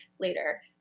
later